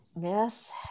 Yes